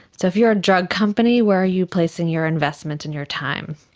so if you are a drug company, where are you placing your investment and your time?